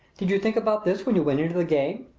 did you think about this when you went into the game?